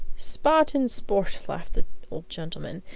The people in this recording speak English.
spot and sport! laughed the old gentleman.